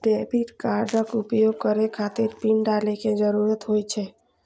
debit कार्डक उपयोग करै खातिर पिन डालै के जरूरत होइ छै